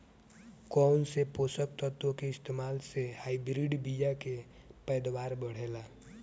कौन से पोषक तत्व के इस्तेमाल से हाइब्रिड बीया के पैदावार बढ़ेला?